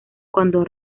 cuando